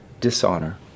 dishonor